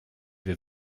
wir